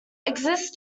exists